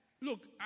look